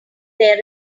there